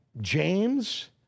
James